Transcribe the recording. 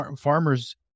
farmers